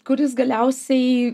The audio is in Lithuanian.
kuris galiausiai